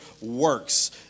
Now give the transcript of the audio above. works